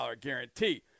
guarantee